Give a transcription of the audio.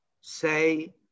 say